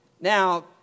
Now